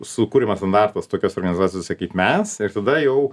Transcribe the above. sukuriamas standartas tokiose organizacijose kaip mes ir tada jau